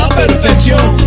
perfection